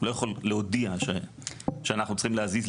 הוא לא יכול להודיע שאנחנו צריכים להזיז,